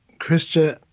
krista,